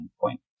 point